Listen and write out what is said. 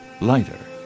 Lighter